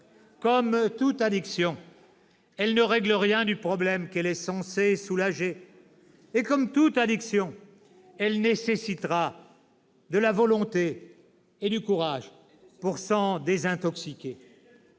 Comme toute addiction, elle ne règle rien du problème qu'elle est censée soulager. Et comme toute addiction, elle nécessitera de la volonté et du courage pour s'en désintoxiquer.